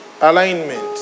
Alignment